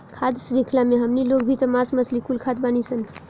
खाद्य शृंख्ला मे हमनी लोग भी त मास मछली कुल खात बानीसन